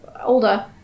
Older